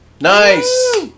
nice